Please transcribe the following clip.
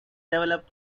developed